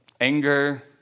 Anger